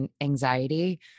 anxiety